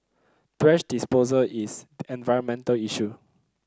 thrash disposal is an environmental issue